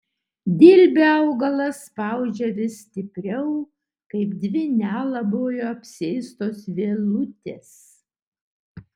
dilbį augalas spaudžia vis stipriau kaip dvi nelabojo apsėstos vielutės